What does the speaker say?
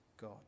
God